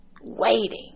Waiting